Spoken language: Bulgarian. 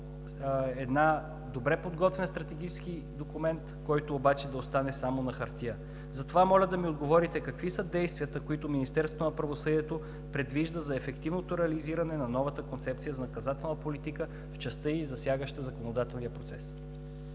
един добре подготвен стратегически документ, който обаче да остане само на хартия. Затова моля да ми отговорите: какви са действията, които Министерството на правосъдието предвижда за ефективното реализиране на новата Концепция за наказателна политика в частта ѝ, засягаща законодателния процес?